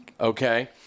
okay